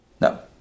No